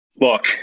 Look